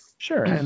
Sure